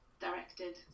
directed